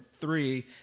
three